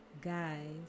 guys